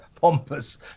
pompous